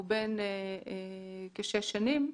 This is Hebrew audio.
הוא בן כשש שנים.